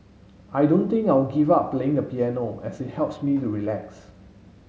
I don't think I will give up playing the piano as it helps me to relax